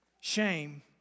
shame